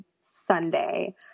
Sunday